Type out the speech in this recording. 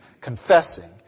confessing